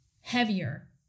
heavier